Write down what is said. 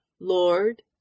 Lord